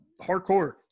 hardcore